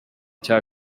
cya